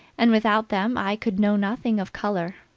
and without them i could know nothing of color,